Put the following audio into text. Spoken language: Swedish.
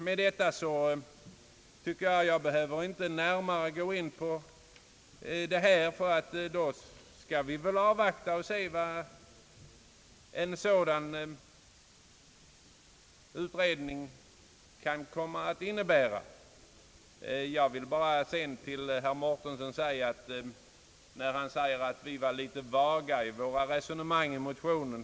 Med detta anser jag mig inte behöva gå närmare in på det här spörsmålet, ty då skall vi väl avvakta och se vad en sådan utredning kan ge till resultat. Herr Mårtensson tycker att vi var litet vaga i våra resonemang i motionen.